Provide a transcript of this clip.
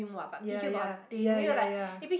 ya ya ya ya ya